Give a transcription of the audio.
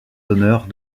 honneurs